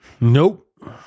Nope